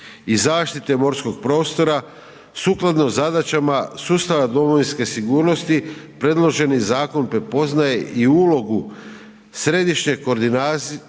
i zaštite morskog prostora, sukladno zadaćama sustava domovinske sigurnosti predloženi zakon prepoznaje i ulogu središnje koordinacije,